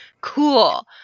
Cool